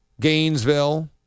Gainesville